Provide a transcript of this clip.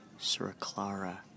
Suraclara